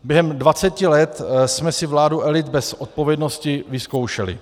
Během dvaceti let jsme si vládu elit bez odpovědnosti vyzkoušeli.